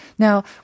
Now